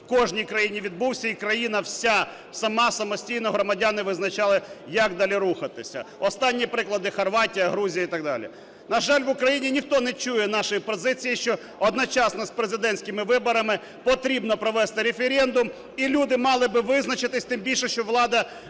в кожній країні відбувся, і країна вся сама, самостійно громадяни визначали, як далі рухатися. Останні приклади – Хорватія, Грузія і так далі. На жаль, в Україні ніхто не чує нашої позиції, що одночасно з президентськими виборами потрібно провести референдум, і люди мали би визначитись, тим більше, що влада